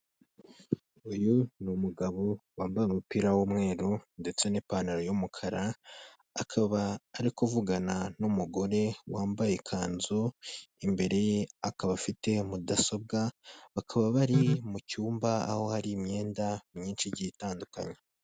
Uyu ni umugabo wambaye umupira w'umweru ndetse n'ipantaro y'umukara, akaba ari kuvugana n'umugore wambaye ikanzu, imbere ye akaba afite mudasobwa, bakaba bari mu cyumba aho hari imyenda myinshi igiye itandukanye.